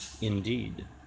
indeed